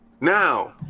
Now